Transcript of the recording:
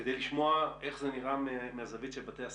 כדי לשמוע איך זה נראה מהזווית של בתי הספר,